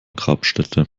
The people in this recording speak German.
grabstätte